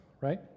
Right